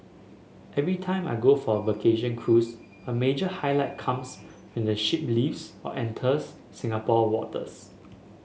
every time I go for a vacation cruise a major highlight comes when the ship leaves or enters Singapore waters